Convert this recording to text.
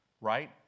Right